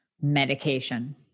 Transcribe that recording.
medication